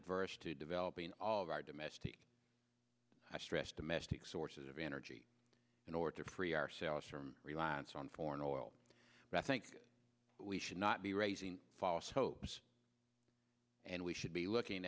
adverse to developing all of our domestic stressed domestic sources of energy in order free ourselves from reliance on foreign oil i think we should not be raising false hopes and we should be looking